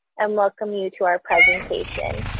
and welcome you to our presentation.